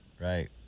right